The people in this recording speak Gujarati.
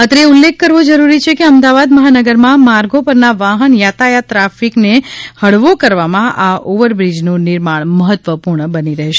અત્રે એ ઉલ્લેખ કરવો જરૂરી છે કે અમદાવાદ મહાનગરમાં માર્ગો પરના વાહન યાતાયાત ટ્રાફિકને હળવો કરવામાં આ ઓવરબ્રીજનું નિર્માણ મહત્વપૂર્ણ બની રહેશે